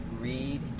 read